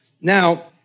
Now